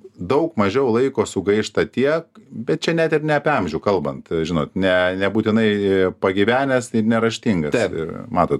daug mažiau laiko sugaišta tie bet čia net ir ne apie amžių kalbant žinot ne nebūtinai pagyvenęs ir neraštingas ir matot